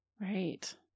Right